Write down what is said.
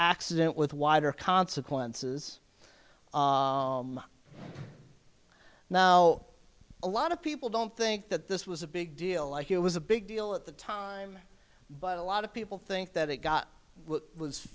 accident with wider consequences now a lot of people don't think that this was a big deal like it was a big deal at the time but a lot of people think that it got